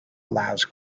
allows